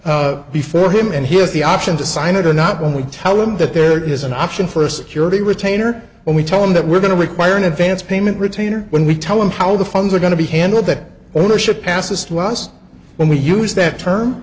agreement before him and he has the option to sign it or not when we tell him that there is an option for security retainer when we tell him that we're going to require an advance payment retainer when we tell him how the funds are going to be handled that ownership passes to us when we use that term